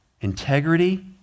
integrity